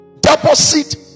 Deposit